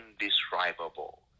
indescribable